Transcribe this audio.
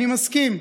אני מסכים.